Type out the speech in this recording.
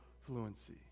fluency